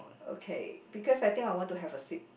okay because I think I want to have a sip